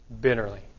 bitterly